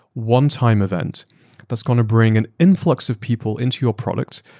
one-time event that's going to bring an influx of people into your product.